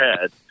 head